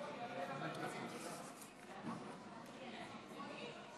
חבר הכנסת יוגב, חבר הכנסת מוטי יוגב,